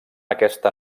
aquesta